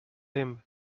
him